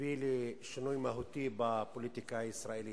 הביא לשינוי מהותי בפוליטיקה הישראלית.